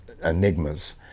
enigmas